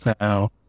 now